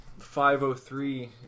5:03